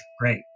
great